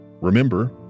Remember